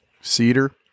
Cedar